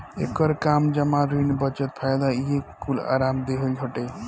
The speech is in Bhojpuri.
एकर काम जमा, ऋण, बचत, फायदा इहे कूल आराम देहल हटे